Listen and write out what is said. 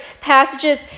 passages